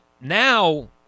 now